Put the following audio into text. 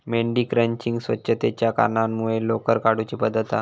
मेंढी क्रचिंग स्वच्छतेच्या कारणांमुळे लोकर काढुची पद्धत हा